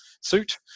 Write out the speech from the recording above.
suit